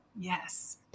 Yes